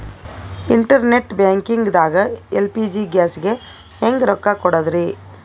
Internet banking ದಾಗ LPG ಗ್ಯಾಸ್ಗೆ ಹೆಂಗ್ ರೊಕ್ಕ ಕೊಡದ್ರಿ?